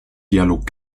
dialog